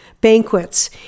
banquets